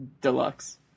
Deluxe